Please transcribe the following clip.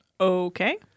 Okay